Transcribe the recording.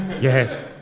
Yes